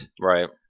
Right